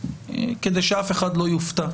נמסר לפונים שהחוק עתיד להיכנס לתוקף,